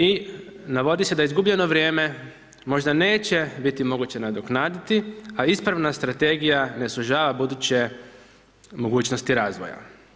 I navodi se da izgubljeno vrijeme možda neće biti moguće nadoknaditi a ispravna strategija ne sužava buduće mogućnosti razvoja.